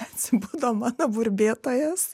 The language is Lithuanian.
atsibudo mano burbėtojas